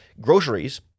groceries